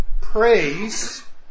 praise